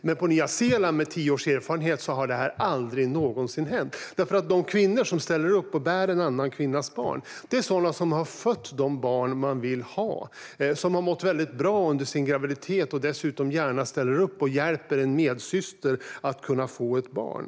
Men på Nya Zeeland, där man har tio års erfarenhet, har det aldrig någonsin hänt. De kvinnor som ställer upp och bär en annan kvinnas barn har nämligen fött de barn de vill ha. De har mått väldigt bra under sina graviditeter och ställer dessutom gärna upp och hjälper en medsyster att kunna få ett barn.